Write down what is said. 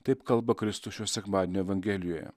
taip kalba kristus šio sekmadienio evangelijoje